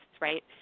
right